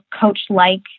coach-like